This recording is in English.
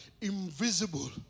invisible